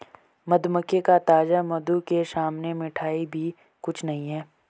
मधुमक्खी का ताजा मधु के सामने मिठाई भी कुछ नहीं